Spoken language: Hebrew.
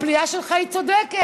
הפליאה שלך מוצדקת.